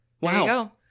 Wow